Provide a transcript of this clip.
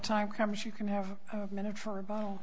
time comes you can have a minute for a bo